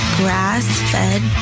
grass-fed